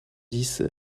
dix